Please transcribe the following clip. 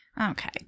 Okay